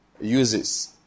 uses